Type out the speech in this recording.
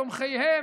תומכיהם,